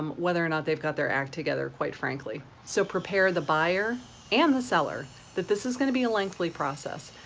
whether or not they've got their act together quite frankly. so prepare the buyer and the seller that this is gonna be a lengthy process.